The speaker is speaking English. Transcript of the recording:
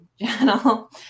channel